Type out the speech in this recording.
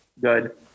good